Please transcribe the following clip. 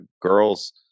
girls